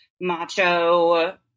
macho